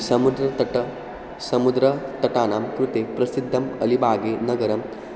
समुद्रतटे समुद्रतटानां कृते प्रसिद्धम् अलिबागनगरम्